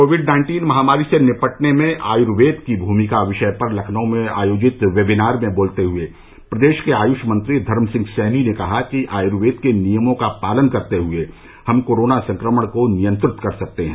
Covid nineteen महामारी से निपटने में आयुर्वेद की भूमिका विषय पर लखनऊ में आयोजित वेबिनार में बोलते हुए प्रदेश के आयुष मंत्री धर्म सिंह सैनी ने कहा कि आयुर्वेद के नियमों का पालन करते हुए हम कोरोना संक्रमण को नियंत्रित कर सकते हैं